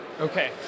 Okay